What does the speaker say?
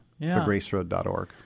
thegraceroad.org